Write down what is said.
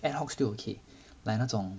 adhoc still okay like 那种